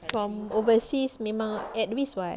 from overseas memang at risk [what]